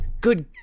Good